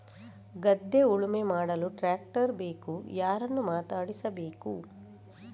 ಗದ್ಧೆ ಉಳುಮೆ ಮಾಡಲು ಟ್ರ್ಯಾಕ್ಟರ್ ಬೇಕು ಯಾರನ್ನು ಮಾತಾಡಿಸಬೇಕು?